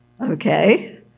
Okay